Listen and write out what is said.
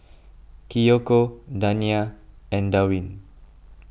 Kiyoko Dania and Darwin